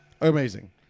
amazing